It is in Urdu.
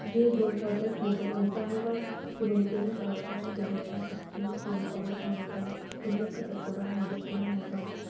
یہ دو سو دس میٹر اونچا ہوگا جو ممکنہ طور پر دو ہزار اکیس میں مکمل ہونے پر دنیا کا سب سے بڑا مجسمہ ہوگا